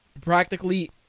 practically